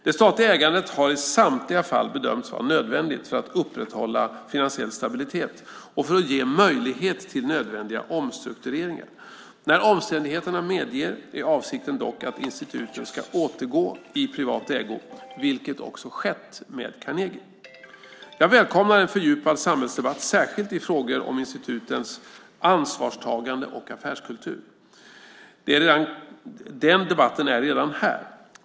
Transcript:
Det statliga ägandet har i samtliga fall bedömts vara nödvändigt för att upprätthålla finansiell stabilitet och för att ge möjlighet till nödvändiga omstruktureringar. När omständigheterna medger är avsikten dock att instituten ska återgå i privat ägo, vilket också skett med Carnegie. Jag välkomnar en fördjupad samhällsdebatt särskilt i frågor om institutens ansvarstagande och affärskultur. Den debatten är redan här.